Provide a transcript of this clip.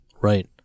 right